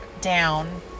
down